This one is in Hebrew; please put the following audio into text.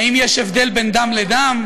האם יש הבדל בין דם לדם,